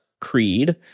creed